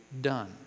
done